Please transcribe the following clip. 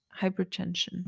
hypertension